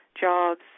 jobs